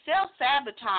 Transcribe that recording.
self-sabotage